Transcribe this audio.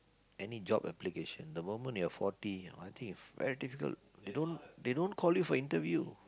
any job application the moment you are forty I think it's is very difficult they don't call you for interview